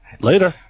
Later